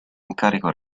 incarico